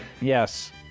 Yes